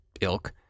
ilk